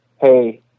hey